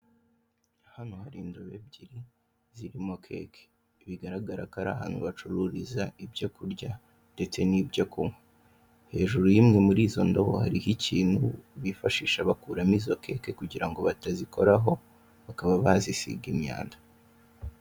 Hano hari indobo ebyiri zirimo keke, bigaragara ko ari ahantu bacururiza ibyo kurya ndetse n'ibyo kunywa, hejuru y'imwe muri izo ndobo hariho ikintu bifashisha bakuramo izo keke kugira ngo batazikoraho bakaba bazisiga imyanda.